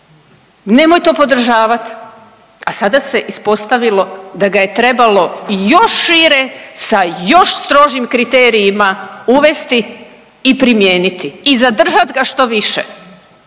Nemoj to podržavati, a sada se ispostavilo da ga je trebalo još šire sa još strožijim kriterijima uvesti i primijeniti i zadržat ga što više.